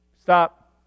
stop